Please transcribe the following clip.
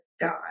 God